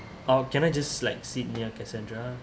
oh can I just like sit near cassandra